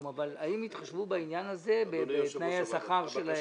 אבל האם יתחשבו בעניין הזה בתנאי השכר שלהם.